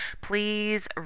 please